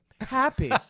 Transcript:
happy